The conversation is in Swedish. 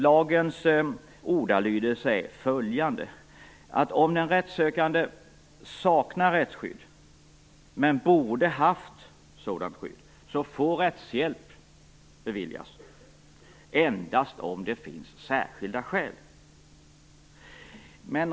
Lagens ordalydelse är följande: "Om den rättssökande saknar rättsskydd men - borde ha haft ett sådant skydd, får rättshjälp beviljas endast om det finns särskilda skäl -."